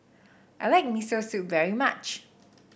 I like Miso Soup very much